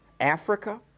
Africa